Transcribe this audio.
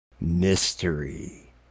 Mystery